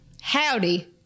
Howdy